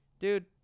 Dude